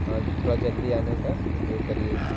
हाँ थोड़ा जल्दी आने का उपयोग करिए